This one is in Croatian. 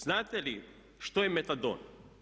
Znate li što je metadon?